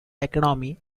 economy